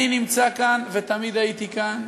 אני נמצא כאן ותמיד הייתי כאן